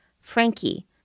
Frankie